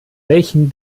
welchen